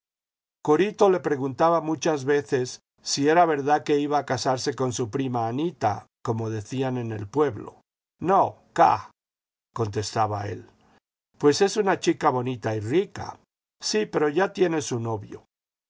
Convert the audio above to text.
corito le preguntaba muchas veces si era verdad que iba a casarse con su prima anita como decían en el pueblo no jca contestaba él pues es una chica bonita y rica sí pero ya tiene su novio